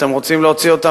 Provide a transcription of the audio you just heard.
אתם רוצים להוציא אותן,